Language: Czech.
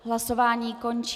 Hlasování končím.